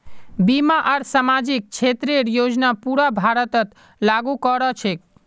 बीमा आर सामाजिक क्षेतरेर योजना पूरा भारतत लागू क र छेक